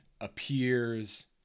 appears